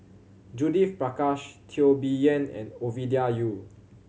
Judith Prakash Teo Bee Yen and Ovidia Yu